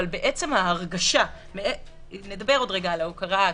אבל בעצם ההרגשה עוד רגע נדבר על ההוקרה הכלכלית,